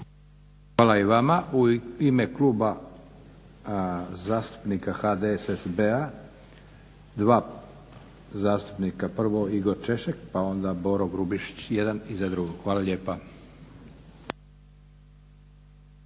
Hvala i vama. U ime kluba zastupnika HDSSB-a, dva zastupnika prvo Igor Češek, pa onda Boro Grubišić jedan iza drugog. Hvala lijepa.